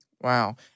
Wow